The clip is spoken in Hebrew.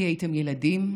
כי הייתם ילדים?